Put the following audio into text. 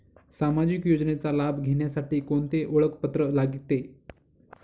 सामाजिक योजनेचा लाभ घेण्यासाठी कोणते ओळखपत्र लागते?